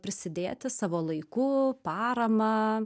prisidėti savo laiku parama